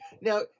Now